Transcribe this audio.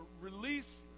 release